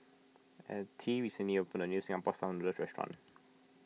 Altie recently opened a new Singapore Style Noodles restaurant